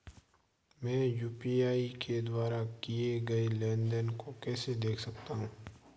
मैं यू.पी.आई के द्वारा किए गए लेनदेन को कैसे देख सकता हूं?